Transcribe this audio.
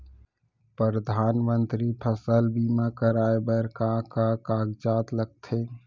परधानमंतरी फसल बीमा कराये बर का का कागजात लगथे?